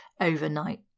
overnight